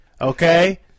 Okay